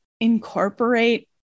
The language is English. incorporate